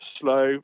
slow